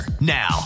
Now